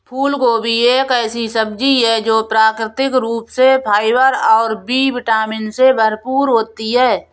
फूलगोभी एक ऐसी सब्जी है जो प्राकृतिक रूप से फाइबर और बी विटामिन से भरपूर होती है